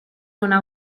una